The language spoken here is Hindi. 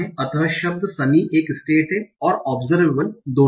अतः शब्द सनी एक स्टेट और ओबसरवेबल दोनों है